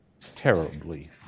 terribly